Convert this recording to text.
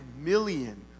million